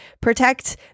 Protect